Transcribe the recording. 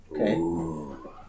Okay